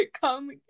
come